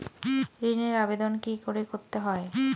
ঋণের আবেদন কি করে করতে হয়?